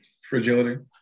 fragility